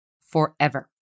forever